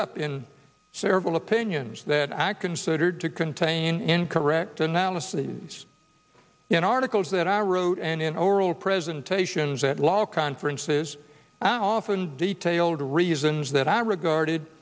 up in several opinions that i considered to contain incorrect analyses in articles that i wrote and in oral presentations at law conferences i often detail the reasons that i regarded